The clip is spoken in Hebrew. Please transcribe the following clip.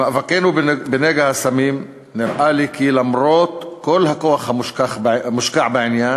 במאבקנו בנגע הסמים נראה לי כי למרות כל הכוח המושקע בעניין,